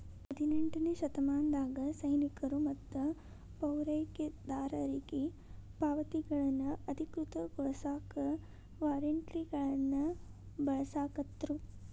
ಹದಿನೆಂಟನೇ ಶತಮಾನದಾಗ ಸೈನಿಕರು ಮತ್ತ ಪೂರೈಕೆದಾರರಿಗಿ ಪಾವತಿಗಳನ್ನ ಅಧಿಕೃತಗೊಳಸಾಕ ವಾರ್ರೆಂಟ್ಗಳನ್ನ ಬಳಸಾಕತ್ರು